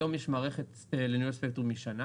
היום יש מערכת לניהול ספקטרום ישנה